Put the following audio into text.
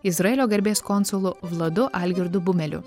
izraelio garbės konsulu vladu algirdu bumeliu